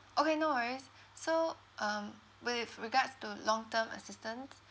okay no worries so um with regards to long term assistance